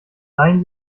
seien